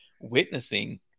witnessing